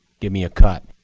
give me a cut.